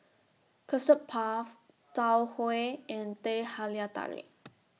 Custard Puff Tau Huay and Teh Halia Tarik